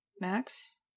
Max